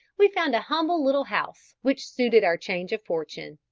we found a humble little house which suited our change of fortune.